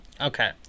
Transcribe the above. Okay